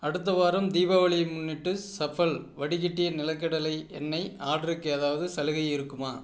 அடுத்த வாரம் தீபாவளியை முன்னிட்டு ஸஃபல் வடிகட்டிய நிலக்கடலை எண்ணெய் ஆடருக்கு ஏதாவது சலுகை இருக்குமா